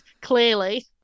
clearly